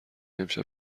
امشب